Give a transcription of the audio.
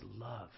love